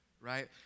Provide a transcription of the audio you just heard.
right